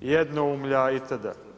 jednoumlja itd.